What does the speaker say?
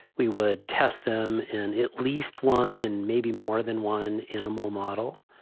we would test them in at least one and maybe more than one animal model.